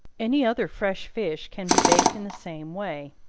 any other fresh fish can be baked in the same way.